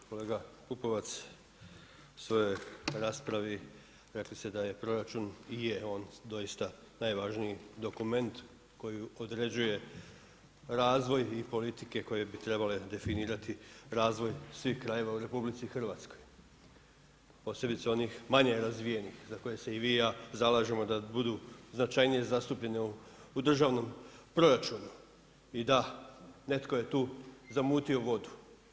Kolega PUpovac, u svojoj raspravi rekli ste da je proračun i je on doista najvažniji dokument koji određuje razvoj i politike koje bi trebale definirati razvoj svih krajeva u RH, posebice onih manje razvijenih za koje se i vi i ja zalažemo da budu značajnije zastupljene u državnom proračunu i da netko je tu zamutio vodu.